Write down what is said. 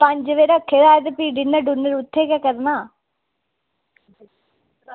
पंज बजे रक्खे दा ऐ भी डिनर उत्थै गै करना